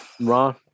ron